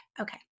okay